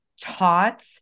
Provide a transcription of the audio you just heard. taught